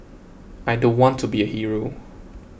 I don't want to be a hero